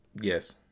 Yes